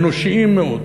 אנושיים מאוד,